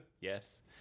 Yes